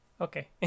okay